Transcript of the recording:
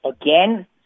again